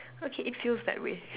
okay it feels that way